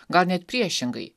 gal net priešingai